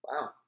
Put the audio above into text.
Wow